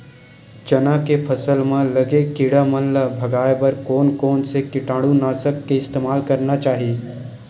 चना के फसल म लगे किड़ा मन ला भगाये बर कोन कोन से कीटानु नाशक के इस्तेमाल करना चाहि?